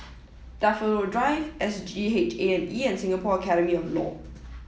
Daffodil Drive SGH A and E and Singapore Academy of Law